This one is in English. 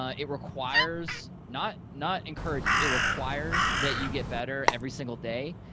ah it requires, not not encourages. it requires that you get better every single day.